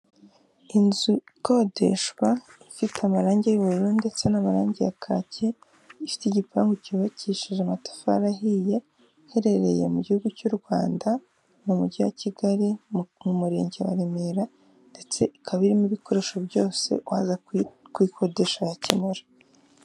Inzu ikodeshwa ifite amarangi y'ubururu ndetse n'amarangi ya kaki, ifite igipangu cyubakishije amatafari ahiye, iherereye mu gihugu cy'u Rwanda mu mujyi wa Kigali, mu murenge wa Remera ndetse ikaba irimo ibikoresho byose waza kuyikodesha yakenera.